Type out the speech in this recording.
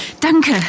Danke